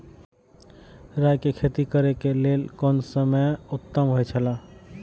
राय के खेती करे के लेल कोन समय उत्तम हुए छला?